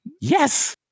Yes